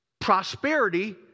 prosperity